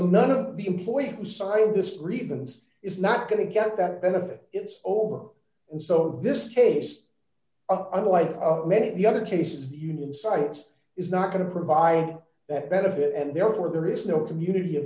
none of the employees signed this reasons it's not going to get that benefit it's over and so this case i'm like many of the other cases union sites is not going to provide that benefit and therefore there is no community of